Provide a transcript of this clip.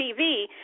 TV